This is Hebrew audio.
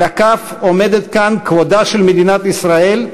על הכף עומד כאן כבודה של מדינת ישראל,